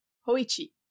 Hoichi